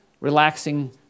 relaxing